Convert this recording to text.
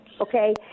okay